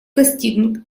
достигнут